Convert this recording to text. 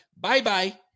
bye-bye